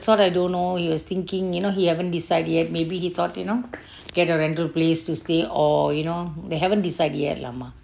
that [one] I don't know he was thinking you know he haven't decide yet maybe he thought you know get a rental place to stay or you know they haven't decide yet lah mah